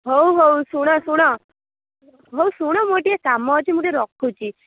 ହଉ ହଉ ଶୁଣ ଶୁଣ ହଉ ଶୁଣ ମୋର ଟିକେ କାମ ଅଛି ମୁଁ ଟିକେ ରଖୁଛି